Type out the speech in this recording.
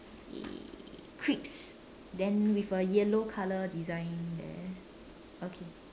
ya crisp then with a yellow colour design there okay